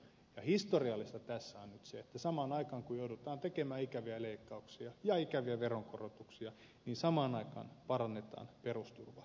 historiallista tässä on nyt se että kun joudutaan tekemään ikäviä leikkauksia ja ikäviä veronkorotuksia niin samaan aikaan parannetaan perusturvaa